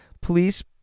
police